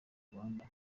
rwanda